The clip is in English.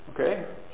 Okay